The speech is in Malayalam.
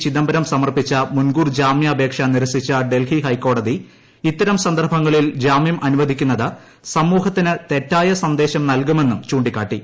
ചിദംബരം സമർപ്പിച്ച മൂൻകൂർ ജാമ്യാപേക്ഷ നിരസിച്ച ഡൽഹി ഹൈക്കോടതി ഇത്തരം സന്ദർഭങ്ങളിൽ ജാമ്യം അനുവദിക്കുന്നത് സമൂഹത്തിന് തെറ്റായ സന്ദേശം നൽകുമെന്നും ചൂണ്ടിക്കാട്ടി